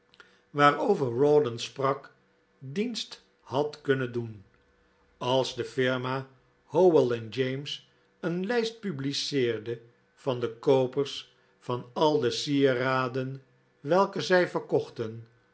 waarover rawdon sprak dienst had kunnen doen als de firma howell en james een lijst publiceerde van de koopers van al de sieraden welke zij verkochten